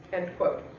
end quote.